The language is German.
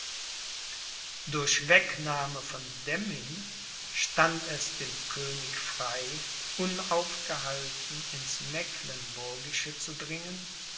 durch wegnahme von demmin stand es dem könig frei unaufgehalten ins mecklenburgische zu dringen